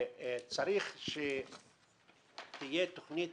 צריך שתהיה תוכנית